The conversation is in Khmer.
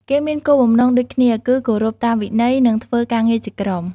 គេមានគោលបំណងដូចគ្នា គឺគោរពតាមវិន័យ និងធ្វើការងារជាក្រុម។